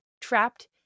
trapped